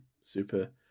super